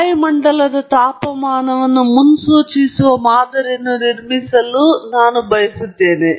ವಾಯುಮಂಡಲ ತಾಪಮಾನವನ್ನು ಮುನ್ಸೂಚಿಸುವ ಮಾದರಿಯನ್ನು ನಿರ್ಮಿಸಲು ನಾನು ಬಯಸುತ್ತೇನೆ